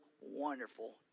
wonderful